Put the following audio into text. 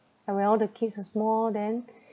and all the kids are small then